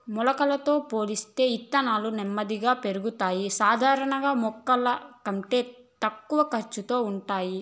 మొలకలతో పోలిస్తే ఇత్తనాలు నెమ్మదిగా పెరుగుతాయి, సాధారణంగా మొలకల కంటే తక్కువ ఖర్చుతో ఉంటాయి